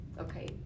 okay